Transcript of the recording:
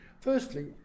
Firstly